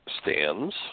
stands